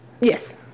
Yes